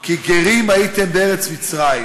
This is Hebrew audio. כי גרים הייתם בארץ מצרים.